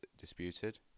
disputed